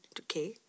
okay